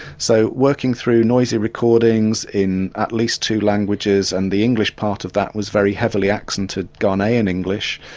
so working through noisy recordings in at least two languages and the english part of that was very heavily accented ghanaian english,